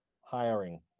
hiring